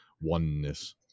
oneness